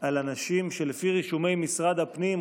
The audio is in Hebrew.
על אנשים שלפי רישומי משרד הפנים,